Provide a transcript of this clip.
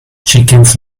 chickens